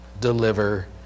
deliver